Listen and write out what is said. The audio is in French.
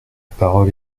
parole